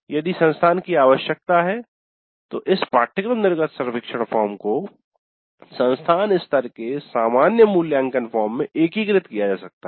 यदि संस्थान की आवश्यकता है तो इस पाठ्यक्रम निर्गत सर्वेक्षण फॉर्म को संस्थान स्तर के सामान्य मूल्यांकन फॉर्म में एकीकृत किया जा सकता है